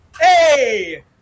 Hey